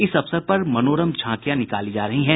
इस अवसर पर मनोरम झाकियां निकाली जा रही हैं